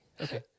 Okay